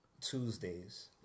Tuesdays